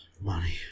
money